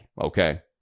okay